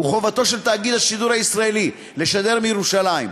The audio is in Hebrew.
חובתו של תאגיד השידור הישראלי לשדר מירושלים.